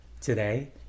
today